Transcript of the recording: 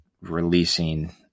releasing